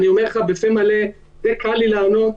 אני אומר לך בפה מלא, קל לי לענות.